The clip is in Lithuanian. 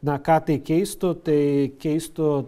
na ką tai keistų tai keistų